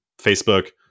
Facebook